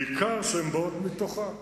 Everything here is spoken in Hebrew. בעיקר כשהן באות מתוכה.